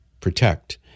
protect